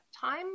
time